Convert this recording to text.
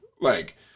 Like-